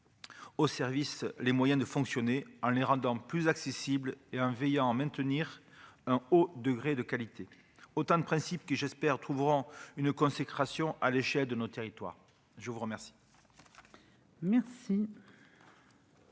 au service, les moyens de fonctionner en les rendant plus accessible et en veillant à maintenir un haut degré de qualité autant de principes qui j'espère trouveront une consécration à l'échelle de nos territoires, je vous remercie.